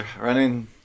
running